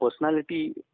personality